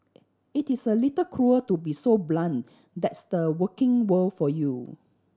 it is a little cruel to be so blunt that's the working world for you